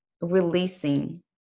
releasing